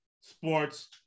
sports